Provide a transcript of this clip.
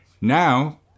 Now